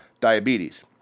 diabetes